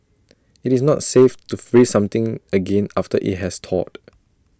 IT is not safe to freeze something again after IT has thawed